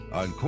on